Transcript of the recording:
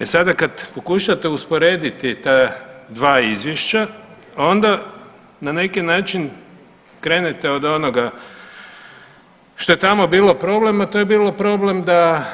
E sada kad pokušate usporediti ta dva izvješća, onda na neki način krenete od onoga što je tamo bilo problem a to je bilo problem da